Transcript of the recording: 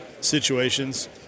situations